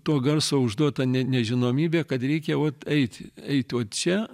to garso užduota ne nežinomybė kad reikia vat eit eit uot čia